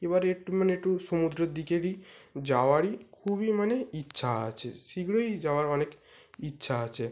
এবারে একটু মানে একটু সমুদ্রর দিকেই যাওয়ারই খুবই মানে ইচ্ছা আছে শীঘ্রই যাওয়ার অনেক ইচ্ছা আছে